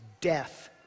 death